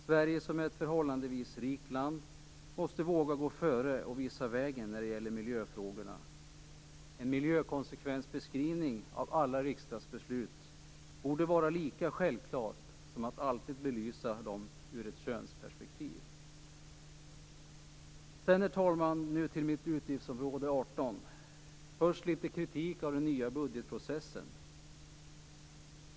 Sverige som ett förhållandevis rikt land måste våga gå före och visa vägen i miljöfrågorna. En miljökonsekvensbeskrivning av alla riksdagsbeslut borde var lika självklar som att alltid belysa dem ur ett könsperspektiv. Nu går jag över till att behandla utgiftsområde 18 och börjar med litet kritik av den nya budgetprocessen.